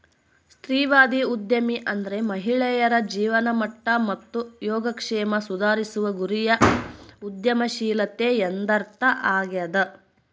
ಸ್ತ್ರೀವಾದಿ ಉದ್ಯಮಿ ಅಂದ್ರೆ ಮಹಿಳೆಯರ ಜೀವನಮಟ್ಟ ಮತ್ತು ಯೋಗಕ್ಷೇಮ ಸುಧಾರಿಸುವ ಗುರಿಯ ಉದ್ಯಮಶೀಲತೆ ಎಂದರ್ಥ ಆಗ್ಯಾದ